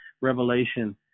revelation